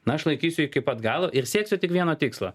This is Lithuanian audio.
na aš laikysiu iki pat galo ir sieksiu tik vieno tikslo